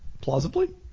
Plausibly